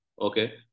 Okay